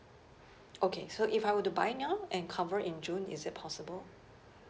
okay so if I were to buy now and cover in june is it possible